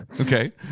Okay